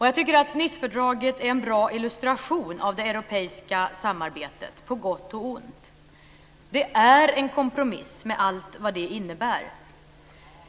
Jag tycker att Nicefördraget är en bra illustration av det europeiska samarbetet på gott och ont. Det är en kompromiss med allt vad det innebär.